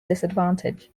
disadvantage